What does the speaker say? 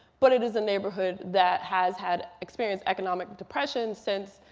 but it is a neighborhood that has had experienced economic depression since